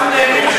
אנחנו נהנים,